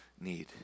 need